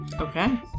Okay